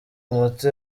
umuti